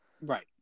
Right